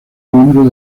miembro